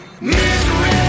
Misery